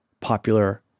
popular